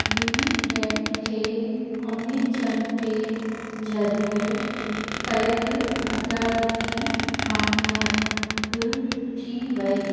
लिमिडंट खे अमीचंद पे ज़रिए कयल अदाइगी कामियाबु थी वई